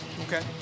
Okay